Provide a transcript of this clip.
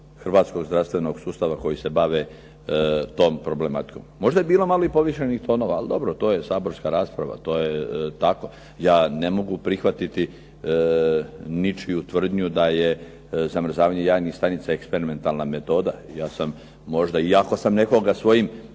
hrvatskog zdravstvenog sustava koji se bave tom problematikom. Možda je bilo malo i povišenih tonova, ali dobro to je saborska rasprava. To je tako. Ja ne mogu prihvatiti ničiju tvrdnju da je zamrzavanje jajnih stanica eksperimentalna metoda. Ja sam možda, i ako sam nekoga svojim.